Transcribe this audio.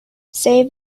save